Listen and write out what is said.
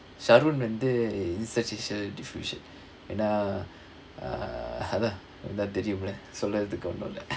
sarun வந்து:vanthu is a institution diffusion ஏனா அதான் அதா தெரியுமுல சொல்றதுக்கு ஒன்னும் இல்ல:yaenaa athaan athaa theriyumula solrathukku onnum illa